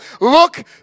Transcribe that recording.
Look